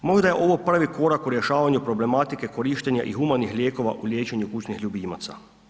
Možda je ovo prvi korak u rješavanju problematike korištenja i humanih lijekova u liječenju kućnih ljubimaca.